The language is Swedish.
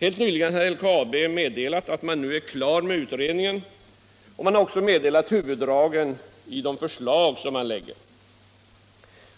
Helt nyligen har LKAB givit till känna att man nu är klar med utredningen, och man har också meddelat huvuddragen av de förslag som läggs fram.